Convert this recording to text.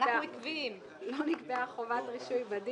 אני ממשיכה לקרוא: "(2) לא נקבעה חובת רישוי בדין,